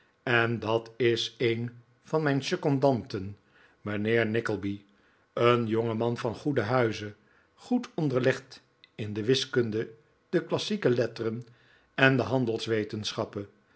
en dat is een van mijn secondanten mijnheer nickleby een jongeman van goeden huize goed onderlegd in de wiskunde de klassieke letteren en de